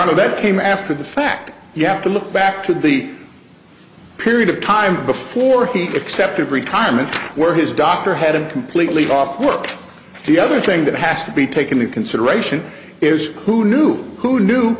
that came after the fact you have to look back to the a period of time before he accepted retirement where his doctor had a completely off work the other thing that has to be taken into consideration is who knew who knew